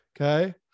Okay